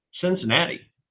Cincinnati